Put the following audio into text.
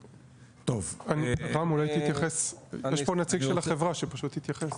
יש פה נציג של החברה שפשוט יתייחס.